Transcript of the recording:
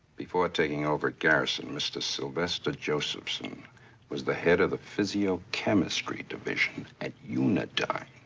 before taking over at garrison, mr. sylvester josephson was the head of the physiochemistry division at unidyne.